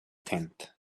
tent